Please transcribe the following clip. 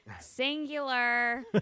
Singular